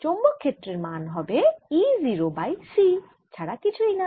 চৌম্বক ক্ষেত্রের মান E 0 বাই c ছাড়া কিছু নয়